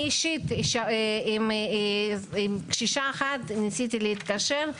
אני אישית לקשישה אחת ניסיתי להתקשר.